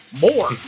More